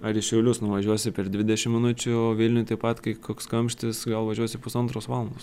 ar į šiaulius nuvažiuosi per dvidešim minučių o vilniuj taip pat kai koks kamštis gal važiuosi pusantros valandos